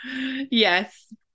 Yes